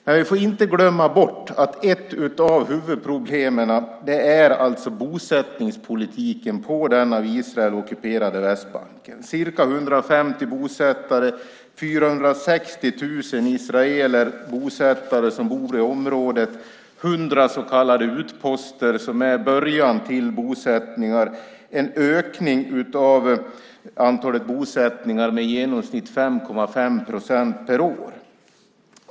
Men vi får inte glömma bort att ett av huvudproblemen är bosättningspolitiken på den av Israel ockuperade Västbanken. Det är ca 150 bosättningar och 460 000 israeler, bosättare, som bor i området. Det är 100 så kallade utposter som är början till bosättningar. Det är en ökning av antalet bosättningar med i genomsnitt 5,5 procent per år.